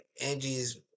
Angie's